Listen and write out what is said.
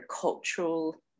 cultural